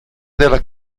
della